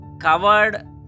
covered